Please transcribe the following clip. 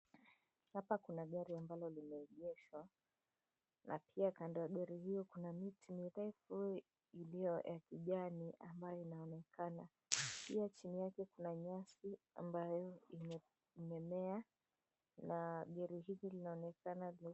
Hapa kuna gari ambalo limeegeshwa na pia kando ya gari hiyo kuna miti mirefu iliyo ya kijani ambayo inaonekana pia chini yake kuna nyasi ambayo imemea na gari hili linaonekana.